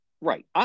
Right